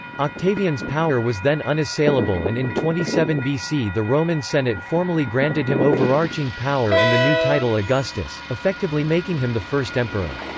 octavian's power was then unassailable and in twenty seven bc the roman senate formally granted him overarching power and the new title augustus, effectively making him the first emperor.